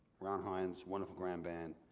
ron hynes, wonderful grand band,